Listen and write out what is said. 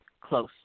close